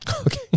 Okay